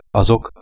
azok